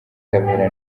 kabera